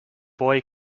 boy